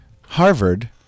Harvard